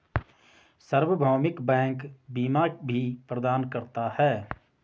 सार्वभौमिक बैंक बीमा भी प्रदान करता है